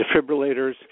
defibrillators